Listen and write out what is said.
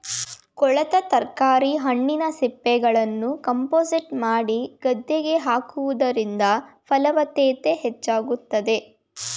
ಕೊಳೆತ ತರಕಾರಿ, ಹಣ್ಣಿನ ಸಿಪ್ಪೆಗಳನ್ನು ಕಾಂಪೋಸ್ಟ್ ಮಾಡಿ ಗದ್ದೆಗೆ ಹಾಕುವುದರಿಂದ ಫಲವತ್ತತೆ ಹೆಚ್ಚಾಗುತ್ತದೆ